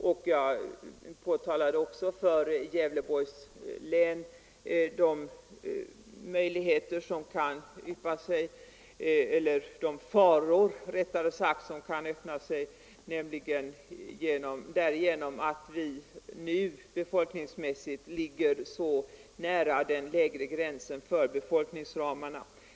När det gäller Gävleborgs län påtalade jag också de faror som kan uppstå genom att vi nu befolkningsmässigt ligger så nära den nedre gränsen i befolkningsramen.